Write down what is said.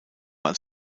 als